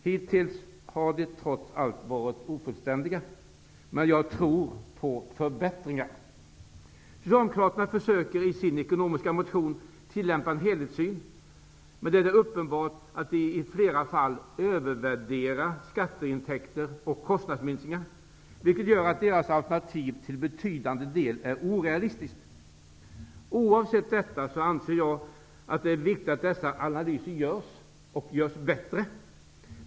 Hittills har dessa trots allt varit ofullständiga, men jag tror på förbättringar. Socialdemokraterna försöker i sin ekonomiska motion tillämpa en helhetssyn, men det är uppenbart att de i flera fall övervärderar skatteintäkter och kostnadsminskningar, vilket gör deras alternativ till betydande del orealistiskt. Oavsett detta anser jag att det är viktigt att dessa analyser görs och att de görs bättre.